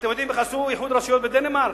אתם יודעים איך עשו איחוד רשויות בדנמרק?